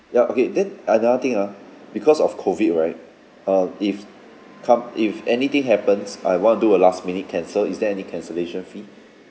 ya okay then another thing ah because of COVID right uh if come if anything happens I want do a last minute cancel is there any cancellation fee